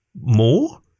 More